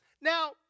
Now